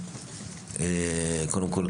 קודם כול,